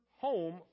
home